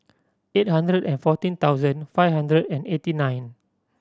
eight hundred and fourteen thousand five hundred and eighty nine